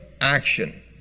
action